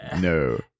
no